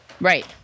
Right